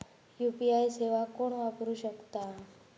UPI सेवा कोण वापरू शकता?